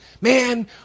Man